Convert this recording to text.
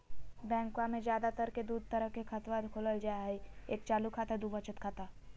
बैंकवा मे ज्यादा तर के दूध तरह के खातवा खोलल जाय हई एक चालू खाता दू वचत खाता